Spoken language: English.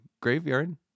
graveyard